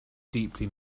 deeply